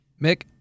Mick